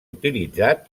utilitzat